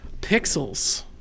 Pixels